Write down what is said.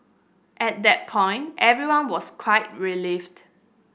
at that point everyone was quite relieved